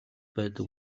байдаг